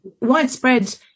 widespread